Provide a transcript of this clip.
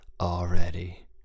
already